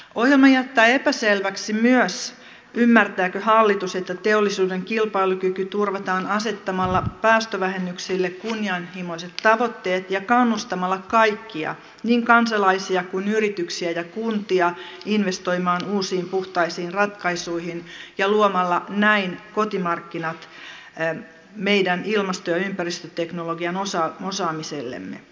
ohjelma jättää epäselväksi myös ymmärtääkö hallitus että teollisuuden kilpailukyky turvataan asettamalla päästövähennyksille kunnianhimoiset tavoitteet ja kannustamalla kaikkia niin kansalaisia kuin yrityksiä ja kuntia investoimaan uusiin puhtaisiin ratkaisuihin ja luomalla näin kotimarkkinat meidän ilmasto ja ympäristöteknologian osaamisellemme